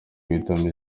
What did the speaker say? guhitamo